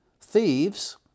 Thieves